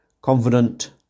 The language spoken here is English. confident